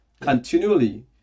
continually